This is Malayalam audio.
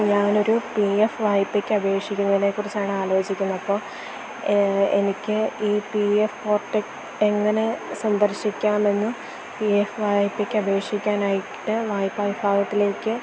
ഞാനൊരു പി എഫ് വായ്പയ്ക്ക് അപേക്ഷിക്കുന്നതിനെക്കുറിച്ചാണ് ആലോചിക്കുന്നത് അപ്പോള് എനിക്ക് ഈ പി എഫ് പോർട്ടല് എങ്ങനെ സന്ദർശിക്കാമെന്ന് പി എഫ് വായ്പയ്ക്ക് അപേക്ഷിക്കാനായിട്ട് വായ്പാ വിഭാഗത്തിലേക്ക്